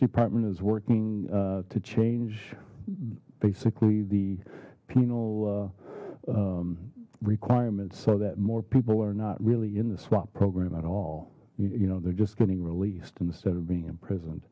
department is working to change basically the penal requirements so that more people are not really in the swap program at all you know they're just getting released instead of being imprison